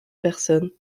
personnes